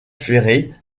ferrée